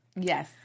yes